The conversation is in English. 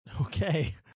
Okay